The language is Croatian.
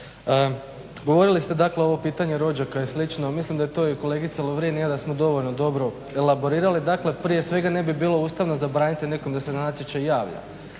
govorili ste dakle o ovom pitanju rođaka i slično. Mislim da je to i kolegica Lovrin i ja da smo dovoljno dobro elaborirali. Dakle, prije svega ne bi bilo ustavno zabraniti nekome da se na natječaj javlja,